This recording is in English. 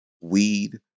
weed